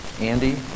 Andy